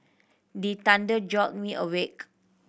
the thunder jolt me awake